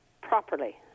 properly